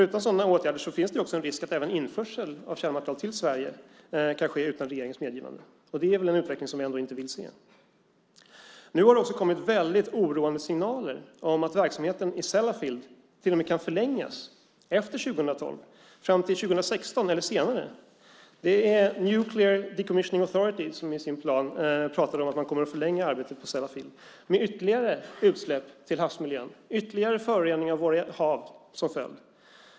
Utan sådana åtgärder finns det ju en risk att även införsel av kärnmaterial till Sverige kan ske utan regeringens medgivande. Det är väl ändå en utveckling som vi inte vill se? Nu har det också kommit väldigt oroande signaler om att verksamheten i Sellafield till och med kan förlängas efter 2012 fram till 2016 eller senare. Det är Nuclear Decommissioning Authority som i sin plan pratar om att man kommer att förlänga arbetet på Sellafield, med ytterligare utsläpp i havsmiljön och ytterligare föroreningar av våra hav som följd.